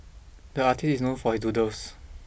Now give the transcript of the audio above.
the artist is known for his doodles